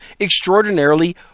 extraordinarily